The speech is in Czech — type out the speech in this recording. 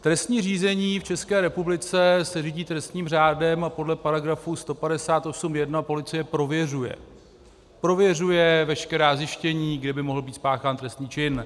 Trestní řízení v České republice se řídí trestním řádem a podle § 158 (1) policie prověřuje prověřuje veškerá zjištění, kde by mohl být spáchán trestný čin.